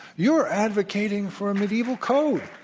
you're advocating for a medieval code.